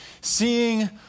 seeing